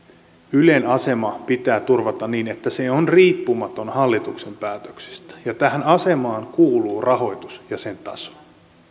ylen asema pitää turvata niin että se on riippumaton hallituksen päätöksistä ja tähän asemaan kuuluu rahoitus